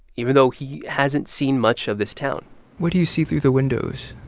even though he hasn't seen much of this town what do you see through the windows?